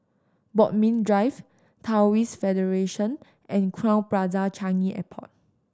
Bodmin Drive Taoist Federation and Crowne Plaza Changi Airport